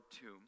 tomb